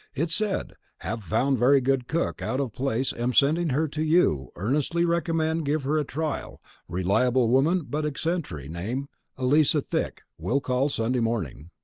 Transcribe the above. it said have found very good cook out of place am sending her to you earnestly recommend give her a trial reliable woman but eccentric name eliza thick will call sunday morning.